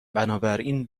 بنابراین